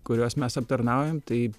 kuriuos mes aptarnaujam tai